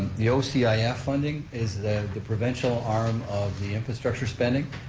the ocif yeah funding is the the provincial arm of the infrastructure spending,